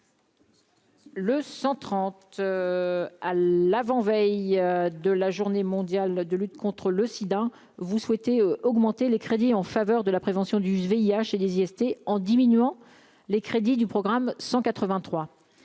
trente. à l'avant-veille de la journée mondiale de lutte contre le SIDA, vous souhaitez augmenter les crédits en faveur de la prévention du VIH et des IST en diminuant les crédits du programme 183